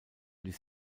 ließ